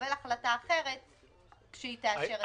לקבל החלטה אחרת כשהיא תאשר את זה.